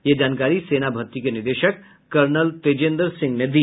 यह जानकारी सेना भर्ती के निदेशक कर्नल तेजेन्द्र सिंह ने दी